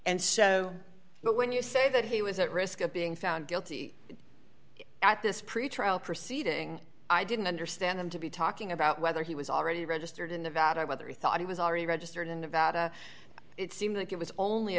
so when you say that he was at risk of being found guilty at this pretrial proceeding i didn't understand him to be talking about whether he was already registered in nevada whether he thought he was already registered in nevada it seems like it was only